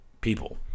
people